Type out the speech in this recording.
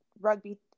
rugby